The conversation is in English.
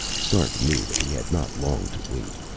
stark knew that he had not long to wait.